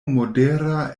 modera